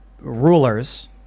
rulers